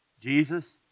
Jesus